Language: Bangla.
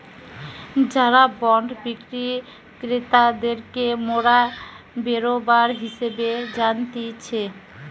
যারা বন্ড বিক্রি ক্রেতাদেরকে মোরা বেরোবার হিসেবে জানতিছে